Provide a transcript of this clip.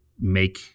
make